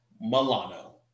Milano